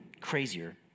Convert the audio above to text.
crazier